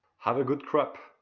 have a good crop!